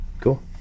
Cool